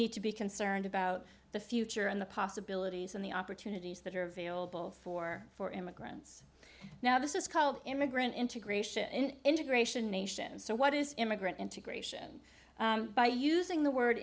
need to be concerned about the future and the possibilities and the opportunities that are available for for immigrants now this is called immigrant integration integration nation so what is immigrant integration by using the word